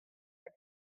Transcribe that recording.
are